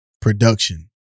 production